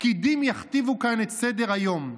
פקידים יכתיבו כאן את סדר-היום.